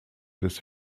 des